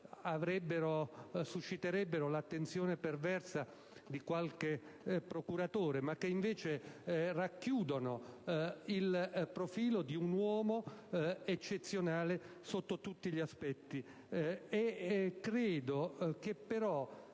oggi susciterebbero l'attenzione perversa di qualche procuratore, ma che invece racchiudono il profilo di un uomo eccezionale sotto tutti gli aspetti.